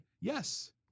yes